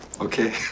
Okay